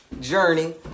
Journey